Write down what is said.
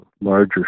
larger